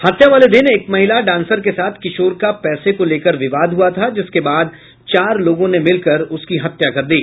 हत्या वाले दिन एक महिला डांसर के साथ किशोर का पैसे को लेकर विवाद हुआ था जिसके बाद चार लोगो ने मिलकर उसकी हत्या कर दी